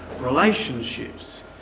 relationships